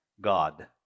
God